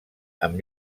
amb